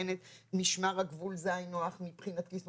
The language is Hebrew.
משמר הגבול זה היינו הך מבחינתי,